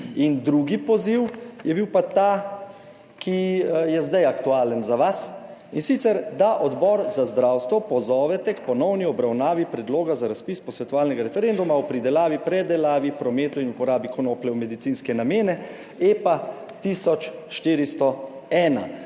drugi poziv je bil pa ta, ki je zdaj aktualen za vas, in sicer, da Odbor za zdravstvo pozovete k ponovni obravnavi predloga za razpis posvetovalnega referenduma o pridelavi, predelavi, prometu in uporabi konoplje v medicinske namene, EPA 1401,